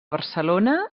barcelona